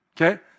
okay